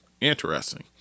Interesting